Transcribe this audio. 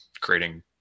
creating